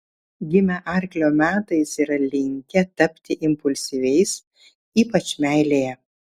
gimę arklio metais yra linkę tapti impulsyviais ypač meilėje